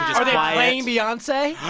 are they playing beyonce?